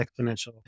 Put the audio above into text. exponential